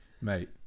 Mate